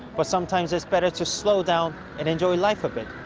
but sometimes it's better to slow down and enjoy life a bit,